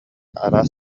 араас